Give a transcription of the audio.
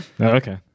okay